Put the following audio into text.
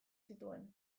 zituen